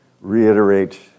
reiterate